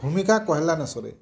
ଭୂମିକା କହିଲେ ନ ସରେ